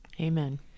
Amen